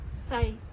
say